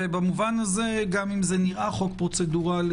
במובן זה, גם אם זה נראה חוק פרוצדורלי.